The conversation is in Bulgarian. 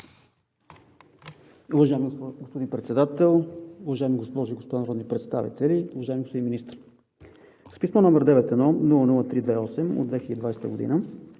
Уважаеми господин Председател, уважаеми госпожи и господа народни представители! Уважаеми господин Министър, с писмо № 91-00-328 от 2020 г.